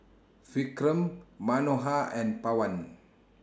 Vikram Manohar and Pawan